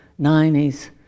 90s